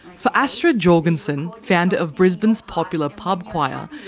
for astrid jorgensen. founder of brisbane's popular pub choir.